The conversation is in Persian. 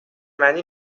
بندی